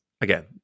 again